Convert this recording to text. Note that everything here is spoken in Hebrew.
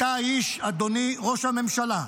אתה האיש, אדוני ראש הממשלה,